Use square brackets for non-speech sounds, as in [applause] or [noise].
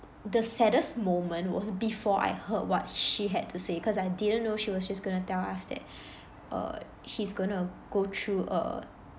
the saddest moment was before I heard what she had to say cause I didn't know she was just going to tell us that [breath] uh he's going to go through a